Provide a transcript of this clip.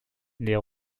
les